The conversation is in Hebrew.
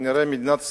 מדינת ישראל,